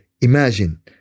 imagine